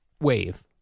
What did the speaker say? wave